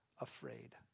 afraid